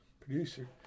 producer